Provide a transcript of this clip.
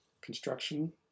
construction